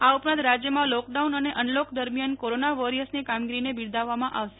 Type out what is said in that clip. આ ઉપરાંત રાજ્યમાં લોકડાઉન અને અનલોક દરમિયાન કોરોનાવોરિયર્સની કામગીરીને બિરદાવવામાં આવશે